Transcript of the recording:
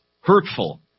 hurtful